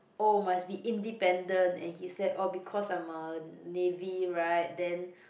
oh must be independent and he say oh because I'm a Navy right then